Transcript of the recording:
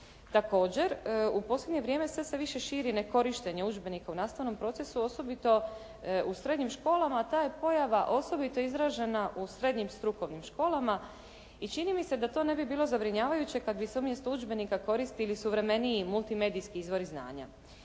Također, u posljednje vrijeme sve se više širi nekorištenje udžbenika u nastavnom procesu, osobito u srednjim školama, ta je pojava osobito izražena u srednjim strukovnim školama i čini mi se da to ne bi bilo zabrinjavajuće kad bi se umjesto udžbenika koristili suvremeniji multimedijski izvori znanja.